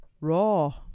raw